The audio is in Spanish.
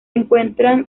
encuentran